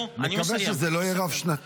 טוב, אני מקווה שזה לא יהיה רב-שנתי.